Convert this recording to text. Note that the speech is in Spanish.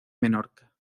menorca